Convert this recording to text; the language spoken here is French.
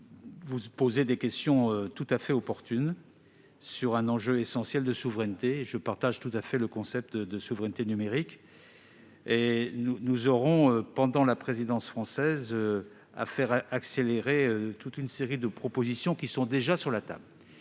vous posez des questions tout à fait opportunes sur un enjeu essentiel de souveraineté. J'adhère tout à fait au concept de souveraineté numérique. Durant la présidence française, nous accélérerons l'examen d'une série de propositions qui sont déjà sur la table.